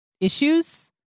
issues